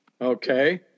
okay